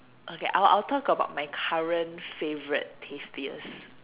okay I'll I'll talk about my current favorite tastiest